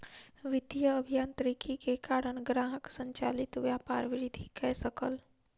वित्तीय अभियांत्रिकी के कारण ग्राहक संचालित व्यापार वृद्धि कय सकल